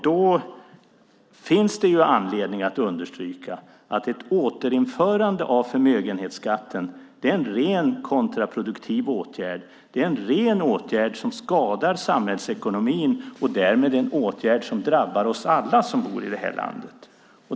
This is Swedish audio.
Det finns anledning att understryka att ett återinförande av förmögenhetsskatten är en rent kontraproduktiv åtgärd som skadar samhällsekonomin och därmed drabbar oss alla som bor i landet.